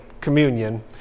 communion